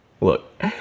Look